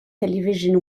television